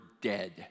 dead